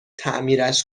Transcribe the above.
تعمیرش